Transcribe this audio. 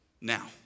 Now